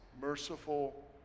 merciful